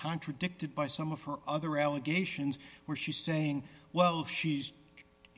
contradicted by some of her other allegations where she's saying well if she's